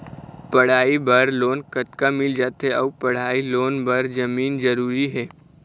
पढ़ई बर लोन कतका मिल जाथे अऊ पढ़ई लोन बर जमीन जरूरी हे?